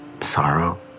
sorrow